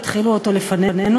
התחילו אותו לפנינו,